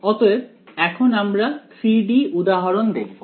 অতএব এখন আমরা 3 D উদাহরণ দেখব